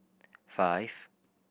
five